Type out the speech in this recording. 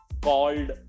called